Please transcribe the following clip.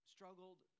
Struggled